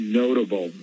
notable